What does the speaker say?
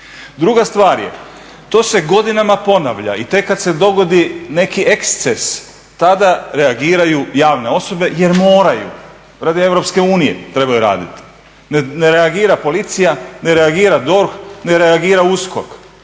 Druga stvar je, to se godinama ponavlja i tek kada se dogodi neki eksces tada reagiraju javne osobe jer moraju radi EU trebaju raditi. Ne reagira policija, ne reagira DORH, ne reagira USKOK.